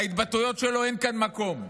להתבטאויות שלו אין כאן מקום.